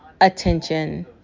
attention